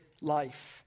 life